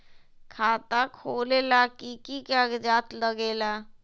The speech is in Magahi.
खाता खोलेला कि कि कागज़ात लगेला?